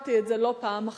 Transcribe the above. ואמרתי את זה לא פעם אחת,